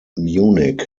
munich